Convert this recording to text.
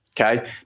Okay